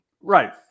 Right